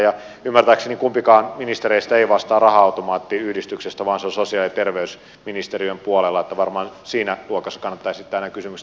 ja ymmärtääkseni kumpikaan ministereistä ei vastaa raha automaatiyhdistyksestä vaan se on sosiaali ja terveysministeriön puolella niin että varmaan siinä luokassa kannattaa esittää nämä kysymykset raystä